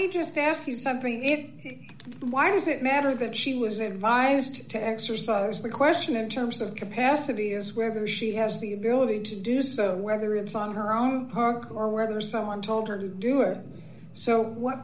me just ask you something if why does it matter that she was invited to exercise the question in terms of capacity is whether she has the ability to do so whether it's on her own or whether someone told her to do it so what